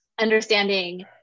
understanding